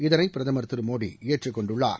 இதனை பிரதமர் திரு மோடி ஏற்றுக்கொண்டுள்ளார்